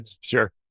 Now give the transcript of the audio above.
Sure